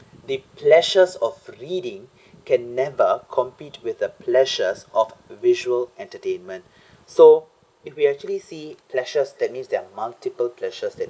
the pleasures of reading can never compete with the pleasures of visual entertainment so if we actually see clashes that means there are multiple clashes that